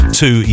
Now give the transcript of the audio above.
two